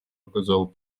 оказал